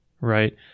right